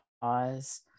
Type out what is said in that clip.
pause